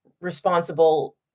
responsible